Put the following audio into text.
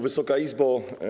Wysoka Izbo!